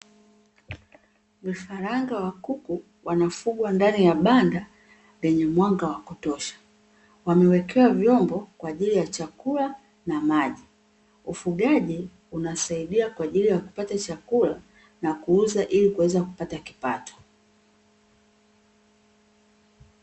Vifaranga wa kuku wanafugwa ndani ya banda lenye mwanga wa kutosha, wamewekewa vyombo kwa ajili ya kupata chakula na maji. Ufugaji unasadia kwa ajili ya kupata chakula na kuuza ili kupata kipato.